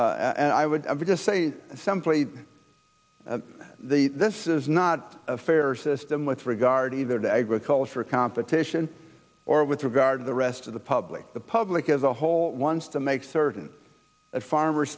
lose and i would just say simply this is not a fair system with regard either to agriculture competition or with regard to the rest of the public the public as a whole once to make certain a farmer